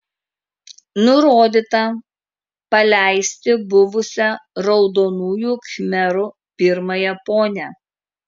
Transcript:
nurodyta paleisti buvusią raudonųjų khmerų pirmąją ponią